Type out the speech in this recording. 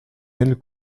elle